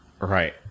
right